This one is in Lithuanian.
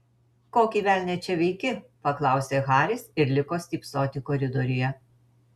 kokį velnią čia veiki paklausė haris ir liko stypsoti koridoriuje